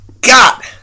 God